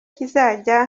kizajya